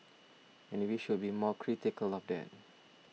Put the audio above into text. and we should be more critical of that